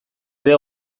ere